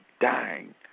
dying